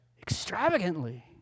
extravagantly